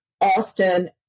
Austin